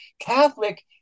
Catholic